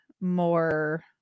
more